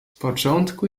początku